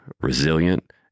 resilient